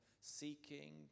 seeking